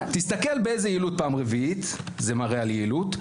פעם רביעית זה מראה על יעילות,